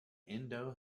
indo